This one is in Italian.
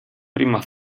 prima